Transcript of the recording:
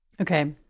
Okay